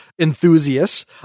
enthusiasts